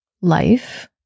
life